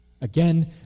Again